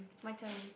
my turn